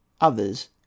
Others